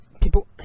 people